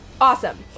Awesome